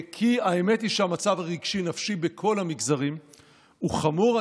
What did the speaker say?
כי האמת היא שהמצב הרגשי-נפשי בכל המגזרים הוא חמור.